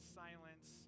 silence